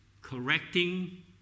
correcting